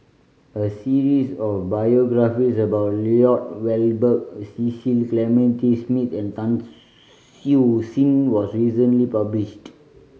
a series of biographies about Lloyd Valberg Cecil Clementi Smith and Tan Siew Sin was recently published